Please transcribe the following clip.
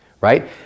right